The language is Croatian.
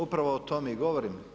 Upravo o tome i govorim.